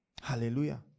Hallelujah